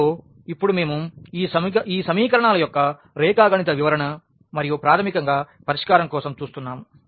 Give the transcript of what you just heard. మరియు ఇప్పుడు మేము ఈ సమీకరణాల యొక్క రేఖాగణిత వివరణ మరియు ప్రాథమిక పరిష్కారం కోసం చూస్తున్నాము